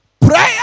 Prayer